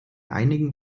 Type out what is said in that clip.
einigen